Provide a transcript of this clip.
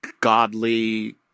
godly